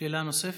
שאלה נוספת.